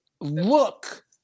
look